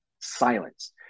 silence